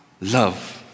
love